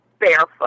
Barefoot